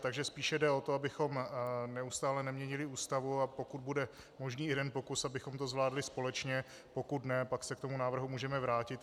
Takže spíše jde o to, abychom neustále neměnili Ústavu, a pokud bude možný jeden pokus, abychom to zvládli společně, pokud ne, pak se k tomu návrhu můžeme vrátit.